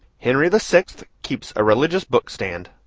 henry the sixth keeps a religious-book stand.